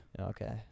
Okay